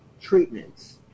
treatments